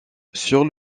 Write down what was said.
sur